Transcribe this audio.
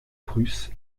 prusse